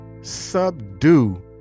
subdue